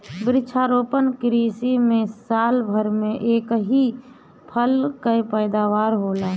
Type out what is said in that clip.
वृक्षारोपण कृषि में साल भर में एक ही फसल कअ पैदावार होला